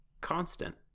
constant